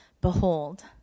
Behold